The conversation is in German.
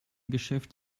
geschäft